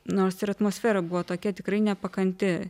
nors ir atmosfera buvo tokia tikrai nepakanti